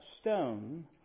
stone